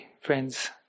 friends